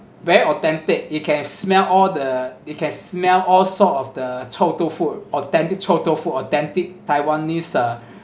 very authentic you can smell all the you can smell all sort of the total food authentic total full authentic taiwanese uh